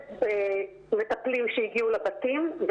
ומטפלים שהגיעו לבתים,